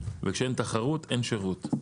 וכשאין תחרות אין שירות.